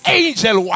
angel